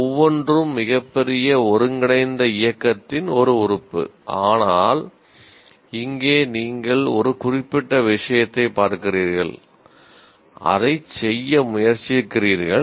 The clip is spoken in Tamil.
ஒவ்வொன்றும் மிகப் பெரிய ஒருங்கிணைந்த இயக்கத்தின் ஒரு உறுப்பு ஆனால் இங்கே நீங்கள் ஒரு குறிப்பிட்ட விஷயத்தைப் பார்க்கிறீர்கள் அதைச் செய்ய முயற்சிக்கிறீர்கள்